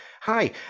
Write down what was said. hi